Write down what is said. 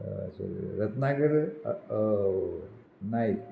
Ratnagar Naik